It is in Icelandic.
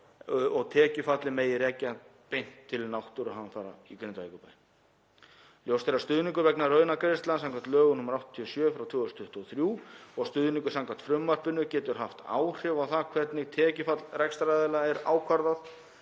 og tekjufallið megi rekja beint til náttúruhamfara í Grindavíkurbæ. Ljóst er að stuðningur vegna launagreiðslna skv. lögum nr. 87/2023 og stuðningur samkvæmt frumvarpinu getur haft áhrif á það hvernig tekjufall rekstraraðila er ákvarðað.